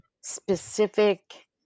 specific